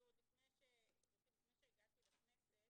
גבירתי, לפני שהגעתי לכנסת,